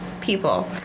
people